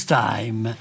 time